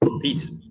Peace